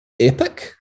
epic